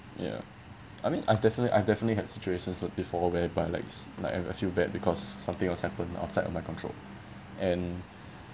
ya I mean I've definitely I've definitely had situations like before whereby like like I I feel bad because something else happened outside of my control and